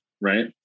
right